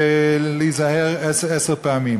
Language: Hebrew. ולהיזהר עשר פעמים,